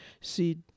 seed